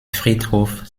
friedhof